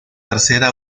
tercera